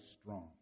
strong